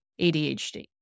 ADHD